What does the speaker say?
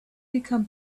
become